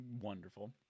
Wonderful